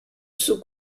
sous